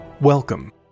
Welcome